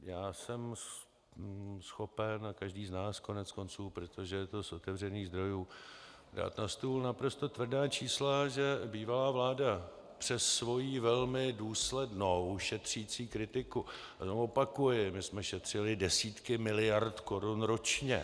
Já jsem schopen, každý z nás koneckonců, protože je to z otevřených zdrojů, dát na stůl naprosto tvrdá čísla, že bývalá vláda přes svoji velmi důslednou šetřicí kritiku opakuji, my jsme šetřili desítky miliard korun ročně.